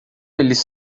eles